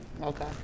Okay